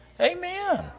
Amen